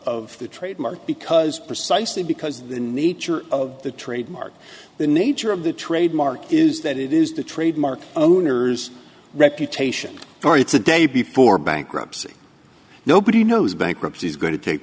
of the trademark because precisely because the nature of the trademark the nature of the trademark is that it is the trademark owner's reputation or it's a day before bankruptcy nobody knows bankruptcy is going to take